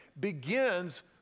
begins